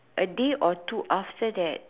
a day or two after that